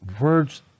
words